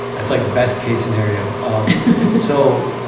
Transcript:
that's like best case scenario so